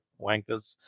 wankers